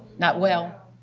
not well?